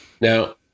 Now